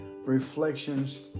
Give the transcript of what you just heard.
Reflections